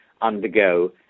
undergo